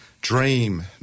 Dream